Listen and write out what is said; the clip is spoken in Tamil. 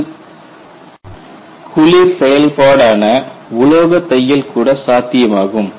ஒரு குளிர் செயல்பாடான உலோக தையல் கூட சாத்தியமாகும்